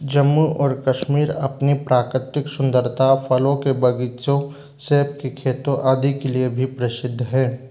जम्मू और कश्मीर अपनी प्राकृतिक सुंदरता फलों के बग़ीचों सेब के खेतों आदि के लिए भी प्रसिद्ध है